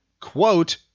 Quote